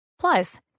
Plus